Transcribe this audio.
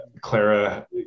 Clara